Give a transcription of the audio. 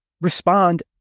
respond